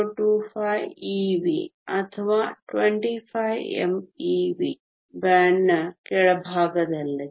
025 ev ಅಥವಾ 25 mev ಬ್ಯಾಂಡ್ನ ಕೆಳಭಾಗದಲ್ಲಿದೆ